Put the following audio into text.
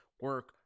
Work